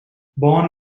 born